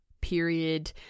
period